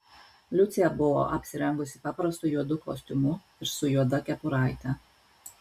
liucė buvo apsirengusi paprastu juodu kostiumu ir su juoda kepuraite